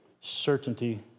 certainty